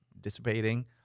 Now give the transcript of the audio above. dissipating